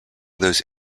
those